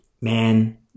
man